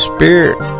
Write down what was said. Spirit